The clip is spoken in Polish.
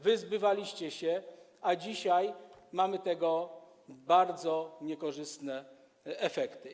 Wyzbywaliście się, a dzisiaj mamy tego bardzo niekorzystne efekty.